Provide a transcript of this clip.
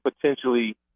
potentially